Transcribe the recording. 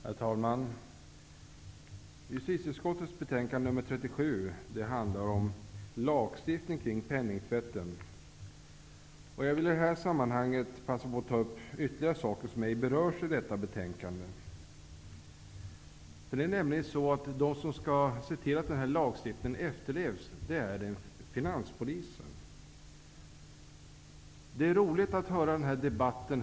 Herr talman! Justitieutskottets betänkande nr 37 handlar om lagstiftning kring penningtvätten. Jag vill i det här sammanhanget passa på att ta upp ytterligare ett par frågor som ej berörs i betänkandet. Det är finanspolisen som skall se till att den här lagstiftningen efterlevs. Det är roligt att höra debatten.